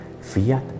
fiat